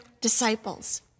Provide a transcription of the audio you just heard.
disciples